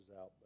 out